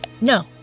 no